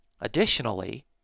Additionally